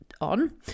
on